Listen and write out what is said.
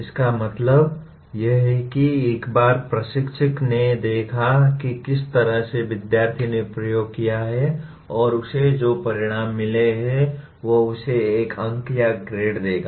इसका मतलब यह है कि एक बार प्रशिक्षक ने देखा कि किस तरह से विद्यार्थी ने प्रयोग किया है और उसे जो परिणाम मिले हैं वह उसे एक अंक या ग्रेड देगा